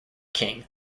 king